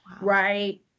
right